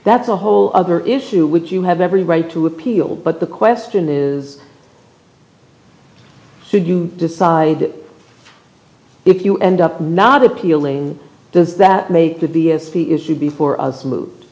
that's a whole other issue which you have every right to appeal but the question is should you decide if you end up not appealing does that make the vs the issue before us mo